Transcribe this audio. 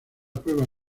prueba